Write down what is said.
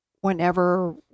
whenever